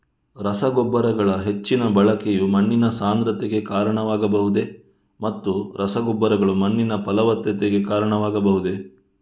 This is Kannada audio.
ರಸಗೊಬ್ಬರಗಳ ಹೆಚ್ಚಿನ ಬಳಕೆಯು ಮಣ್ಣಿನ ಸಾಂದ್ರತೆಗೆ ಕಾರಣವಾಗಬಹುದೇ ಮತ್ತು ರಸಗೊಬ್ಬರಗಳು ಮಣ್ಣಿನ ಫಲವತ್ತತೆಗೆ ಕಾರಣವಾಗಬಹುದೇ?